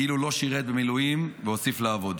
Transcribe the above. כאילו לא שירת במילואים והוסיף לעבוד.